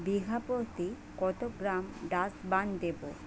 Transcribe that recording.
বিঘাপ্রতি কত গ্রাম ডাসবার্ন দেবো?